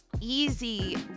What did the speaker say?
easy